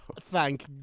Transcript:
Thank